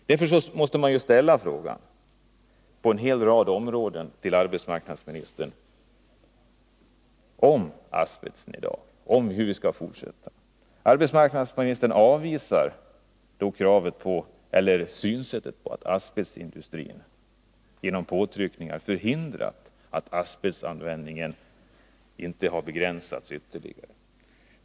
Därför måste man på en hel rad områden ställa frågor till arbetsmarknadsministern om asbesten i dag och om hur vi skall fortsätta. Arbetsmarknadsministern avvisar synsättet att asbestindustrin genom påtryckningar skulle ha förhindrat att asbestanvändningen begränsats ytterligare.